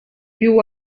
più